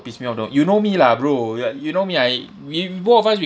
piss me off though you know me lah bro you are you know me I we we both of us we